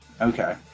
Okay